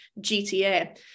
GTA